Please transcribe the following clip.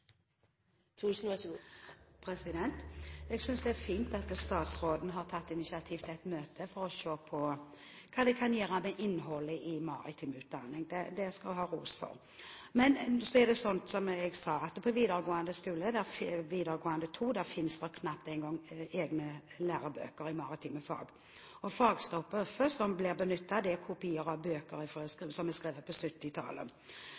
et møte for å se på hva de kan gjøre med innholdet i maritim utdanning. Det skal hun ha ros for. Men – som jeg har sagt – på videregående skole trinn 2 finnes det knapt egne lærebøker i maritime fag. Fagstoffet som blir benyttet, er kopier av bøker